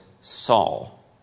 Saul